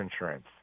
insurance